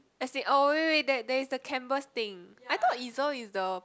as in oh wait wait that that is the canvas thing I thought easel is the